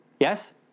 Yes